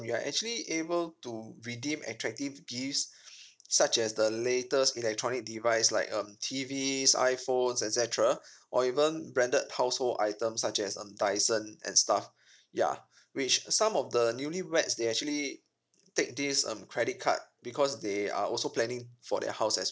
you are actually able to redeem attractive gifts such as the latest electronic device like um T_V's iphones etcetera or even branded household items such as um dyson and stuff ya which some of the newly weds they actually take this um credit card because they are also planning for their house as